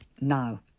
now